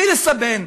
בלי לסבן.